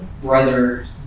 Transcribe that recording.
Brother